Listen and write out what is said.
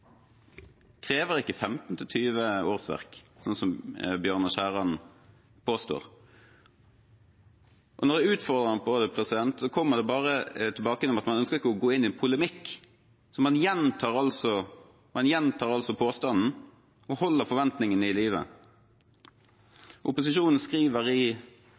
krever ikke 15–20 årsverk, som Bjørnar Skjæran påstår. Når jeg utfordrer ham på det, kommer det bare tilbake at man ikke ønsker å gå inn i en polemikk. Man gjentar altså påstanden og holder forventningene i live. Opposisjonen skriver i innstillingen at de er tilfreds med vedtaket. Jeg tror at Mosjøens innbyggere hadde vært tilfreds hvis man kunne få klarhet i